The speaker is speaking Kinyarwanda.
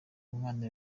umwana